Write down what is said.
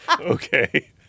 Okay